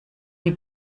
die